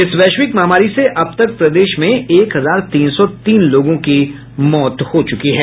इस वैश्विक महामारी से अब तक प्रदेश में एक हजार तीन सौ तीन लोगों की मौत हो चुकी है